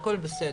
הכול בסדר.